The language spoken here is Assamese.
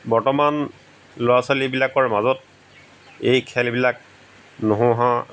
বৰ্তমান ল'ৰা ছোৱালীবিলাকৰ মাজত এই খেলবিলাক নোহোৱা